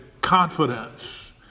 confidence